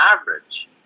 average